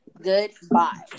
Goodbye